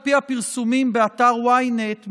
על פי הפרסומים באתר ynet,